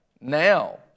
now